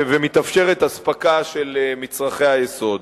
ומתאפשרת אספקה של מצרכי היסוד.